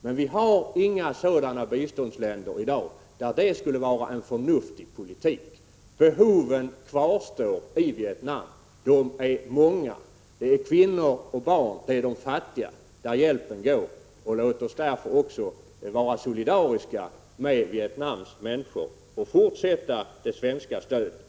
men vi har inga biståndsländer i dag där detta skulle vara en förnuftig politik. Behoven kvarstår i Vietnam. De är många. Hjälpen går till kvinnor och barn och till de fattiga. Låt oss därför vara solidariska med människorna i Vietnam och fortsätta det svenska stödet.